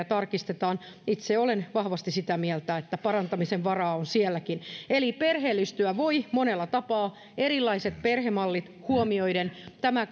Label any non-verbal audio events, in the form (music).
(unintelligible) tarkistetaan itse olen vahvasti sitä mieltä että parantamisen varaa on sielläkin eli perheellistyä voi monella tapaa ja erilaiset perhemallit huomioidaan tämä (unintelligible)